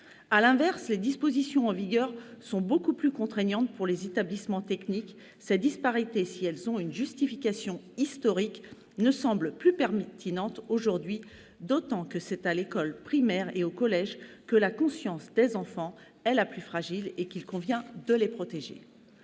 À l'inverse, elles sont beaucoup plus contraignantes pour les établissements techniques. Ces disparités, si elles ont une justification historique, n'apparaissent plus pertinentes aujourd'hui, d'autant que c'est à l'école primaire et au collège que la conscience des enfants est la plus fragile et qu'il convient de les protéger.